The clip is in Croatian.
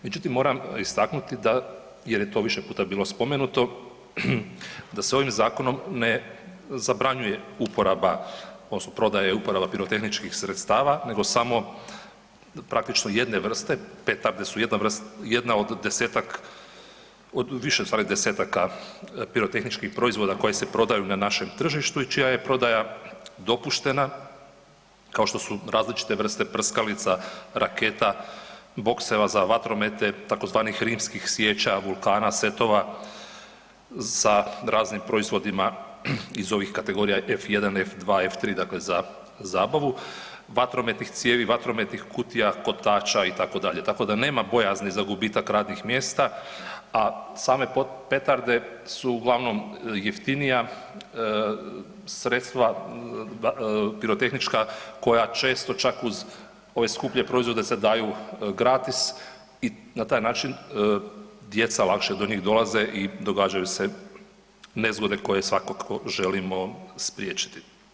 Međutim, moram istaknuti da, jer je to više puta bilo spomenuto, da se ovim zakonom ne zabranjuje uporaba odnosno prodaja i uporaba pirotehničkih sredstava nego samo praktično jedne vrste, petarde su jedna od 10-tak, od više u stvari 10-taka pirotehničkih proizvoda koji se prodaju na našem tržištu i čija je prodaja dopuštena kao što su različite vrste prskalica, raketa, bokseva za vatromete tzv. rimskih svijeća, vulkana, setova sa raznim proizvodima iz ovih kategorija F1, F2, F3, dakle za zabavu, vatrometnih cijevi, vatrometnih kutija, kotača itd., tako da nema bojazni za gubitak radnih mjesta, a same petarde su uglavnom jeftinija sredstva pirotehnička koja često čak uz ove skuplje proizvode se daju gratis i na taj način djeca lakše do njih dolaze i događaju se nezgode koje svakako želimo spriječiti.